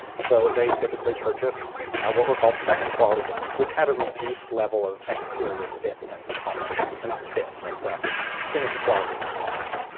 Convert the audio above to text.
so they typically purchased what were called second quality guns, which had a reduced level of exterior fit and polish well not fit, but finish quality and polish.